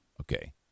Okay